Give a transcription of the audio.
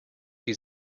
die